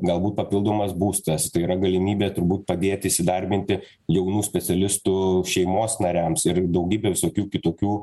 galbūt papildomas būstas tai yra galimybė turbūt padėt įsidarbinti jaunų specialistų šeimos nariams ir daugybė visokių kitokių